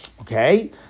Okay